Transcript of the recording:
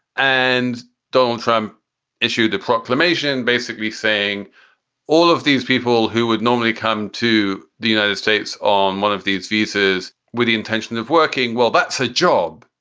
and donald trump issued a proclamation basically saying all of these people who would normally come to the united states on one of these visas with the intention of working. well, that's her job.